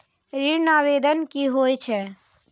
ऋण आवेदन की होय छै?